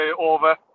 over